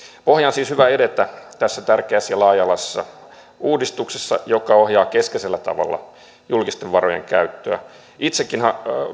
pohja on siis hyvä edetä tässä tärkeässä ja laaja alaisessa uudistuksessa joka ohjaa keskeisellä tavalla julkisten varojen käyttöä itsekin